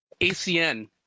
ACN